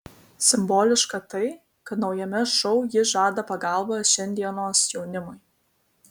simboliška tai kad naujame šou ji žada pagalbą šiandienos jaunimui